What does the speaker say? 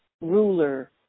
ruler